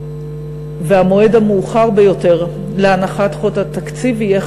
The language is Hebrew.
המועד המאוחר ביותר להנחת חוק התקציב יהיה